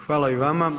Hvala i vama.